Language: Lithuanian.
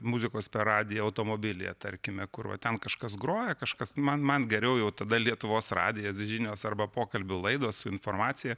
muzikos per radiją automobilyje tarkime kur va ten kažkas groja kažkas man man geriau jau tada lietuvos radijas žinios arba pokalbių laidos informacija